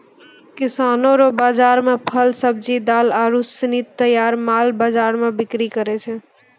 किसानो रो बाजार मे फल, सब्जी, दाल आरू सनी तैयार माल बाजार मे बिक्री करै छै